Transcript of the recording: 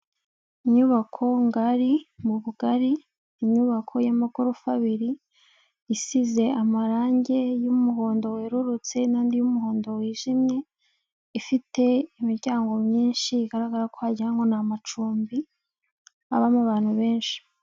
Inyubako ngari mu bugari, inyubako y'amagorofa abiri, isize amarange y'umuhondo werurutse n'andi y'umuhondo wijimye, ifite imiryango myinshi bigaragara ko wagira ngo ni amacumbi abamo abantu benshi.